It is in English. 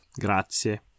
Grazie